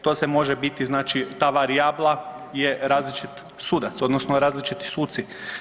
To se sve može biti, znači ta varijabla je različiti sudac, odnosno različiti suci.